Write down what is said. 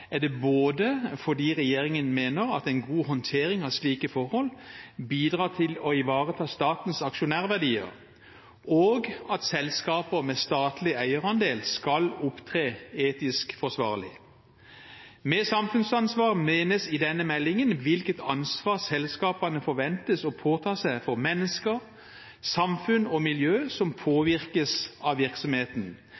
er det både fordi regjeringen mener at en god håndtering av slike forhold bidrar til å ivareta statens aksjonærverdier og at selskaper med statlig eierandel skal opptre etisk forsvarlig. Med samfunnsansvar menes i denne meldingen hvilket ansvar selskapene forventes å påta seg for mennesker, samfunn og miljø som